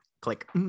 Click